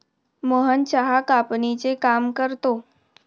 मोहन चहा कापणीचे काम करतो